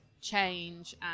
change